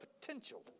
potential